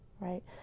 right